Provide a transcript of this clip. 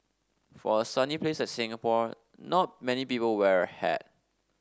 for a sunny place like Singapore not many people wear a hat